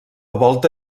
volta